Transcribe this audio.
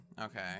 okay